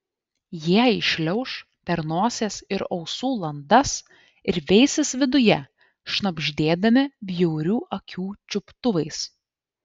jie įšliauš per nosies ir ausų landas ir veisis viduje šnabždėdami bjaurių akių čiuptuvais